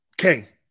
Okay